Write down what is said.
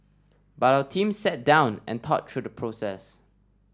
but our team sat down and thought through the process